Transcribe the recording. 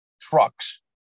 trucks